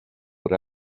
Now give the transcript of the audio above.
what